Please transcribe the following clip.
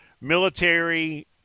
military